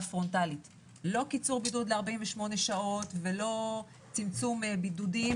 פרונטלית לא קיצור בידוד ל-48 שעות ולא צמצום בידודים,